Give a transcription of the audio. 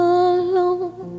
alone